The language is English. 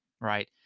right